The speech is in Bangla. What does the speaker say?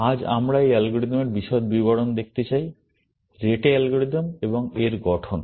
আজ আমরা এই অ্যালগরিদমের বিশদ বিবরণ দেখতে চাই রেটে অ্যালগরিদম এবং এর গঠন